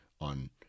on